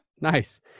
Nice